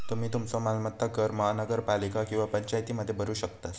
तुम्ही तुमचो मालमत्ता कर महानगरपालिका किंवा पंचायतीमध्ये भरू शकतास